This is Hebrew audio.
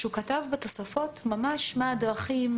שהוא כתב בתוספות ממש מה הדרכים,